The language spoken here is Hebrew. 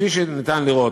כפי שאפשר לראות,